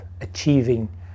achieving